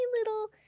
little-